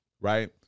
right